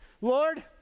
Lord